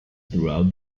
throughout